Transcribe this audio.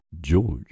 George